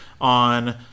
on